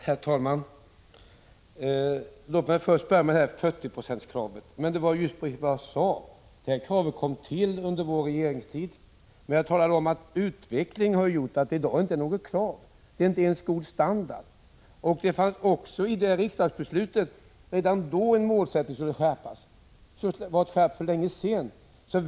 Herr talman! Låt mig först ta upp frågan om kravet på 40 90. Jag sade att detta krav kom till under vår regeringstid. Men jag talade också om att utvecklingen har gjort att 40 96 i dag inte är tillräckligt som krav, inte ens som god standard. Redan i det riksdagsbeslut som då fattades fanns målet att kraven skulle skärpas. En skärpning skulle ha genomförts för länge sedan.